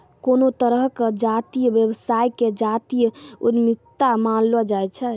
कोनो तरहो के जातीय व्यवसाय के जातीय उद्यमिता मानलो जाय छै